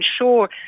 ensure